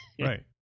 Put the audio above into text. Right